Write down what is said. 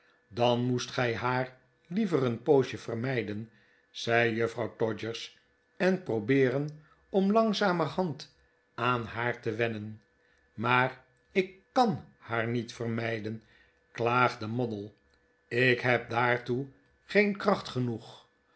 dan moest gij haar liever een poosje vermijden zei juffrouw todgers en probeeren om langzamerhand aan haar te werir nen maar ik kan haar niet vermijden klaagde moddle ik heb daartoe geen kracht genoeg